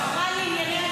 שרת הליכוד.